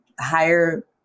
higher